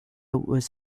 was